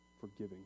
forgiving